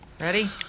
Ready